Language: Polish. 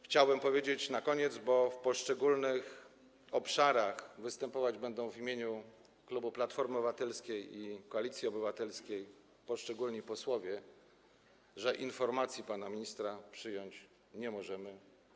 Chciałbym powiedzieć na koniec, bo w poszczególnych obszarach występować będą w imieniu klubu Platformy Obywatelskiej i Koalicji Obywatelskiej poszczególni posłowie, że informacji pana ministra przyjąć nie możemy.